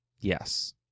yes